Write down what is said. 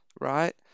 right